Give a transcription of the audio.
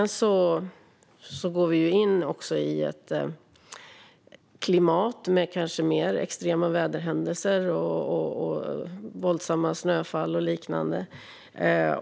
Nu går vi in i ett klimat med mer extrema väderhändelser, våldsamma snöfall och liknande.